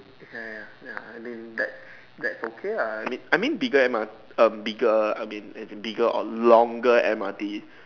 ya ya ya ya I mean that's that's okay lah I mean bigger M_R~ um bigger I mean bigger or longer M_R_T